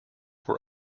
were